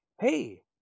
hey